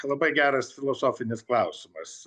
labai geras filosofinis klausimas